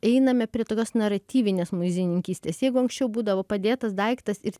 einame prie tokios naratyvinės muziejininkystės jeigu anksčiau būdavo padėtas daiktas ir